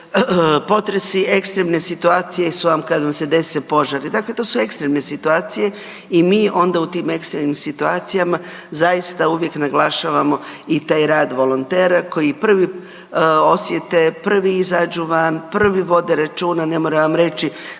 potresi, ekstremne situacije su vam kad vam se dese požari. Dakle, to su ekstremne situacije i mi onda u tim ekstremnim situacijama zaista uvijek naglašavamo i taj rad volontera koji prvi osjete, prvi izađu van, prvi vode računa, ne moram vam reći